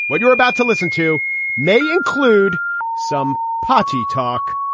what you're about to listen to may include some potty talk.